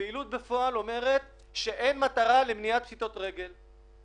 הפעילות בפועל אומרת שאין מטרה למניעת פשיטות רגל.